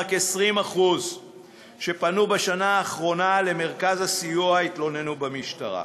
רק 20% שפנו בשנה האחרונה למרכז הסיוע התלוננו במשטרה.